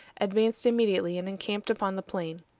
advanced immediately and encamped upon the plain.